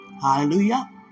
hallelujah